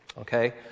Okay